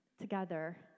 together